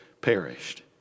perished